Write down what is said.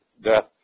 death